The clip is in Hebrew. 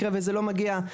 מקרה וזה לא מגיע.